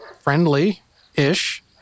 friendly-ish